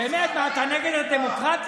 באמת, מה, אתה נגד הדמוקרטיה?